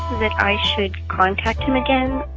that i should contact him again?